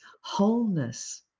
wholeness